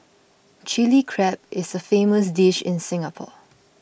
Chilli Crab is a famous dish in Singapore